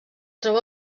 troba